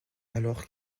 alors